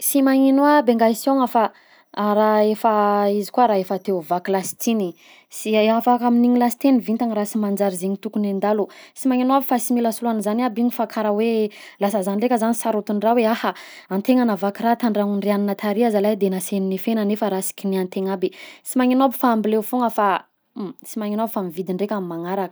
Sy magnino aby e nga siaogna fa a raha efa izy koa raha efa te ho vaky lasitigny sy hay afaka amin'igny lasitigny vintagny raha sy manjary zegny tokony handalo, sy magnino avy fa sy mila soloagny zany aby igny fa karaha hoe lasa zah ndraika zany saron-tindraha hoe aha an-tegna nahavaky raha tan-dragnodry ianona tary ah zalahy de nasainy nifaina nefa raha sy kinihantegna aby, sy magnino aby fa ambilay foagna fa sy magnino aby fa mividy ndraika am magnaraka.